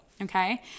Okay